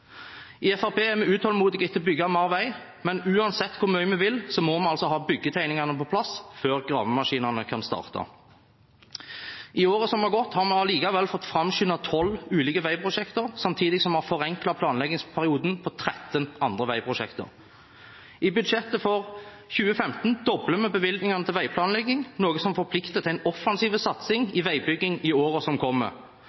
I Fremskrittspartiet er vi utålmodige etter å bygge mer vei, men uansett hvor mye vi vil, må vi ha byggetegningene på plass før gravemaskinene kan starte. I året som har gått, har vi likevel fått framskyndet 12 ulike veiprosjekter, samtidig som vi har forenklet planleggingsperioden på 13 andre veiprosjekter. I budsjettet for 2015 dobler vi bevilgningene til veiplanlegging, noe som forplikter til en offensiv satsing